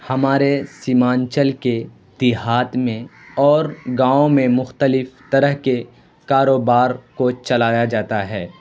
ہمارے سیمانچل کے دیہات میں اور گاؤں میں مختلف طرح کے کاروبار کو چلایا جاتا ہے